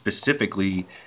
specifically